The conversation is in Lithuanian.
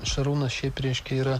šarūnas šiaip reiškisa yra